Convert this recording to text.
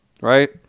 right